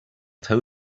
tell